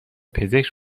پزشک